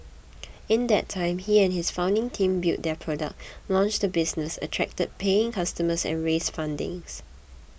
in that time he and his founding team built their product launched the business attracted paying customers and raised funding